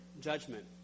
judgment